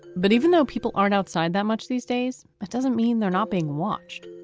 but even though people aren't outside that much these days, that doesn't mean they're not being watched.